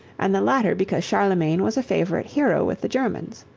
and the latter because charlemagne was a favorite hero with the germans.